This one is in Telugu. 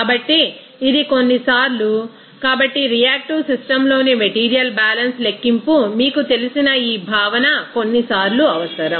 కాబట్టి ఇది కొన్నిసార్లు కాబట్టి రియాక్టివ్ సిస్టమ్లోని మెటీరియల్ బ్యాలెన్స్ లెక్కింపు మీకు తెలిసిన ఈ భావన కొన్నిసార్లు అవసరం